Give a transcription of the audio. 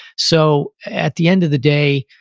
so, at the end of the day,